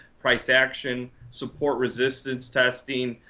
price action, support resistance testing,